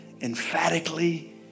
emphatically